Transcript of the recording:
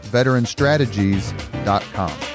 veteranstrategies.com